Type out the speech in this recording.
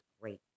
great